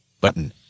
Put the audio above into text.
Button